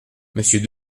monsieur